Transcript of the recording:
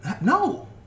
No